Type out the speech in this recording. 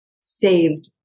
saved